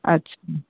अच्छा